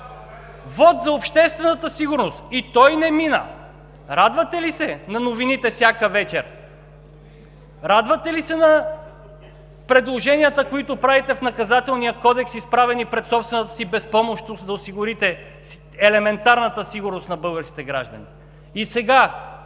Вот за обществената сигурност. И той не мина! Радвате ли се на новините всяка вечер? Радвате ли се на предложенията, които правите в Наказателния кодекс, изправени пред собствената си безпомощност да осигурите елементарната сигурност на българските граждани? И сега